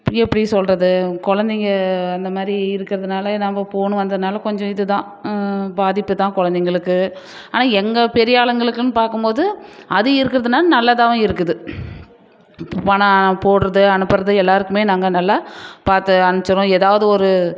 எப்படி சொல்கிறது குழந்தைங்க அந்த மாதிரி இருக்கறதுனால் நம்ம போன் வந்தனால் கொஞ்சம் இது தான் பாதிப்பு தான் குழந்தைகளுக்கு ஆனால் எங்கள் பெரிய ஆளுங்களுக்குன்னு பார்க்கும்போது அது இருக்கறதுனால் நல்லதாகவும் இருக்குது இப்போ பணம் போட்டுறது அனுப்புறது எல்லாருக்குமே நாங்கள் நல்லா பார்த்து அனுப்பிச்சுருவோம் ஏதாவது ஒரு